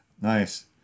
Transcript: Nice